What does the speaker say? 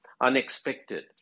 unexpected